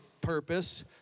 purpose